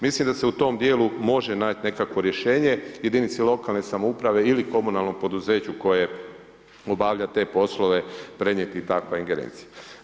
Mislim da se u tom dijelu može naći nekakvo rješenje, jedinice lokalne samouprave ili komunalnom poduzeću koje obavlja te poslove prenijeti takva ingerencija.